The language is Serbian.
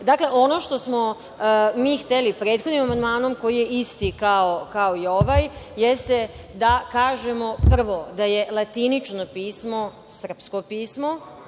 važno. Dakle, ono što smo mi hteli prethodnim amandmanom koji je isti kao i ovaj, jeste da kažemo, prvo da je latinično pismo srpsko pismo.